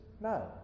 No